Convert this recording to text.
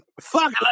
Fuck